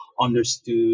understood